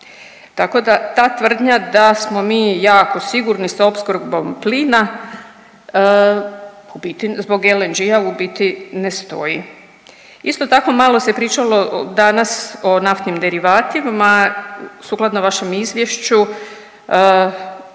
Tako da tvrdnja da smo mi jako sigurni s opskrbom plina u biti zbog LNG-a u biti ne stoji. Isto tako malo se pričalo danas o naftnim derivatima, sukladno vašem izvješću